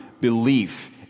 belief